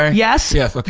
ah yes, yes, like